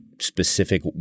specific